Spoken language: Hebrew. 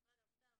משרד האוצר,